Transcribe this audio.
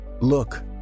Look